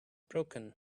broken